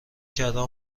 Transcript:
کردم